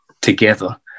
together